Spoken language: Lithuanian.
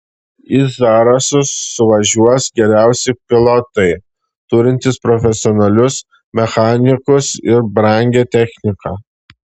į zarasus suvažiuos geriausi pilotai turintis profesionalius mechanikus ir brangią techniką